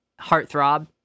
heartthrob